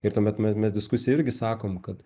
ir tuomet me mes diskusija irgi sakom kad